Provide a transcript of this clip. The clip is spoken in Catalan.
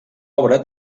obra